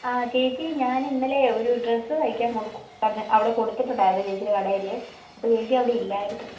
ആ ചേച്ചി ഞാനിന്നലെ ഒരു ഡ്രസ്സ് തയ്ക്കാൻ കൊണ്ടുവന്ന് അവിടെ കൊടുത്തിട്ടുയിണ്ടാരുന്നു ചേച്ചിയുടെ കടയിൽ അപ്പോൾ ചേച്ചി അവിടെ ഇല്ലായിരുന്നു